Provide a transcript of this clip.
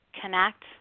connect